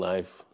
Life